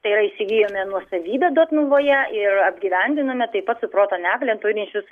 tai yra įsigijome nuosavybę dotnuvoje ir apgyvendiname taip pat su proto negalią turinčius